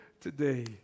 today